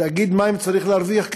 תאגיד מים צריך להרוויח כסף?